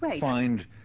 find